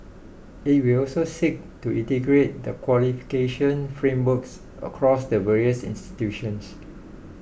it will also seek to integrate the qualification frameworks across the various institutions